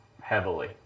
heavily